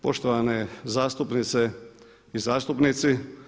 Poštovane zastupnice i zastupnici.